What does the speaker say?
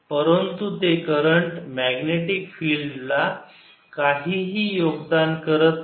परंतु ते current magnetic field ला काहीही योगदान करत नाही